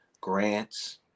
grants